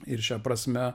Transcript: ir šia prasme